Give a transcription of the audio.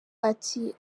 ati